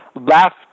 left